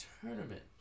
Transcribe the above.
tournament